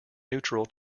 neutral